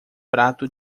prato